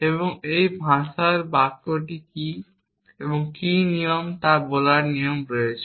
এবং এই ভাষায় বাক্যটি কী এবং কী নয় তা বলার নিয়ম রয়েছে